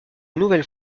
nouvelle